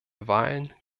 wahlen